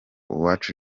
uwacu